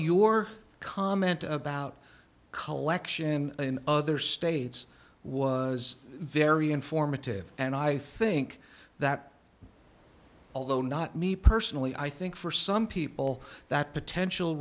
your comment about collection in other states was very informative and i think that although not me personally i think for some people that potential